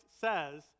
says